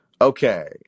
Okay